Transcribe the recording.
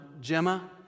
Gemma